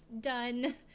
done